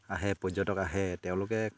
আহে পৰ্যটক আহে তেওঁলোকে